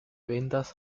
ventas